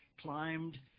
climbed